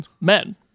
men